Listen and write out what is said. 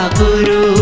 guru